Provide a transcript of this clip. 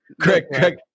Craig